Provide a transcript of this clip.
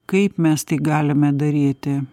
kaip mes tai galime daryti